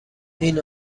این